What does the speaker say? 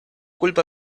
culpa